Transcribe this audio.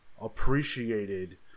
appreciated